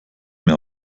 mehr